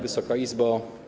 Wysoka Izbo!